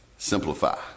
Simplify